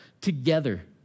together